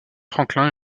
franklin